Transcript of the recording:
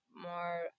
more